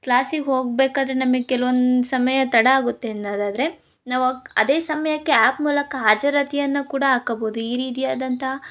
ಕ್ಲಾಸಿಗೆ ಹೋಗಬೇಕಾದ್ರ್ ನಮಗೆ ಕೆಲ್ವೊಂದು ಸಮಯ ತಡ ಆಗುತ್ತೆ ಎನ್ನೋದಾದರೆ ನಾವು ಹಾಕ್ ಅದೇ ಸಮಯಕ್ಕೆ ಆ್ಯಪ್ ಮೂಲಕ ಹಾಜರಾತಿಯನ್ನು ಕೂಡ ಹಾಕಬೋದು ಈ ರೀತಿಯಾದಂಥ